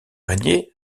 régner